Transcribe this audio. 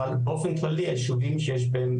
אבל באופן כללי יישובים שיש בהם,